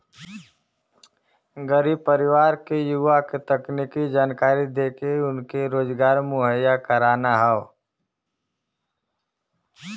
गरीब परिवार के युवा के तकनीकी जानकरी देके उनके रोजगार मुहैया कराना हौ